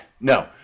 No